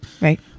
Right